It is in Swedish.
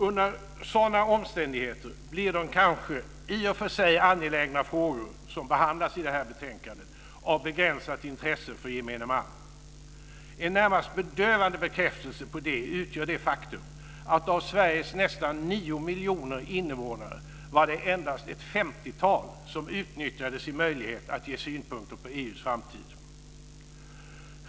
Under sådana omständigheter blir de kanske i och för sig angelägna frågor som behandlas i det här betänkandet av begränsat intresse för gemene man. En närmast bedövande bekräftelse på det utgör det faktum att det av Sveriges nästan nio miljoner invånare endast var ett femtiotal som utnyttjade sin möjlighet att ge synpunkter på EU:s framtid.